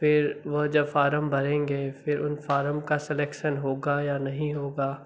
फिर वह जब फारम भरेंगे फिर उन फारम का सिलेक्सन होगा या नहीं होगा